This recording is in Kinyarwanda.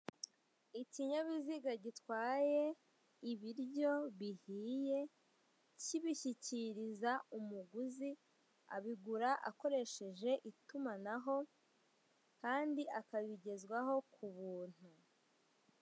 Ikinyabiziga gitwaye ibiryo bihiye kibisyikiriza umuguzi, abigura akoresheje itumanaho kandi babimugezaho ku buntu.